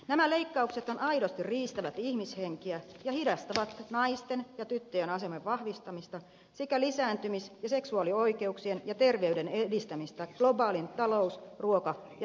nämä leikkauksethan aidosti riistävät ihmishenkiä ja hidastavat naisten ja tyttöjen aseman vahvistamista sekä lisääntymis ja seksuaalioikeuksien ja terveyden edistämistä globaalin talous ruoka ja ilmastokriisin aikana